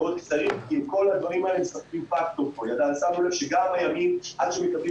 עכשיו יהיו מיליון מובטלים אנחנו משלמים דרך המייצבים